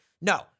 No